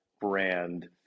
brand